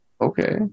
Okay